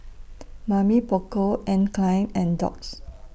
Mamy Poko Anne Klein and Doux